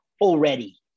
already